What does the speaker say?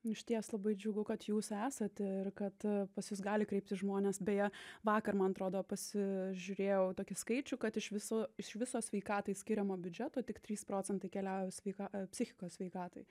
išties labai džiugu kad jūs esat ir kad pas jus gali kreiptis žmonės beje vakar man atrodo pasižiūrėjau tokį skaičių kad iš viso iš viso sveikatai skiriamo biudžeto tik trys procentai keliauja sveika psichikos sveikatai